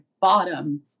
bottom